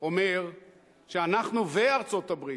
אומר שאנחנו וארצות-הברית,